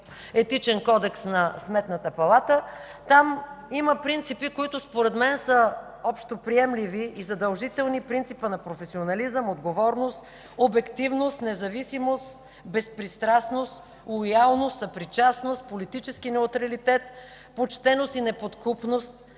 Етичен кодекс на Сметната палата. Там има принципи, които според мен са общоприемливи и задължителни: принципът на професионализъм, отговорност, обективност, независимост, безпристрастност, лоялност, съпричастност, политически неутралитет, почтеност и неподкупност,